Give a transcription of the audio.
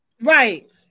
Right